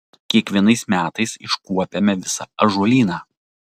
kiekvienais metais iškuopiame visą ąžuolyną